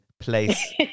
place